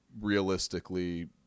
realistically